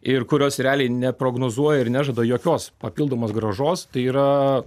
ir kurios realiai neprognozuoja ir nežada jokios papildomos grąžos tai yra